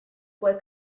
what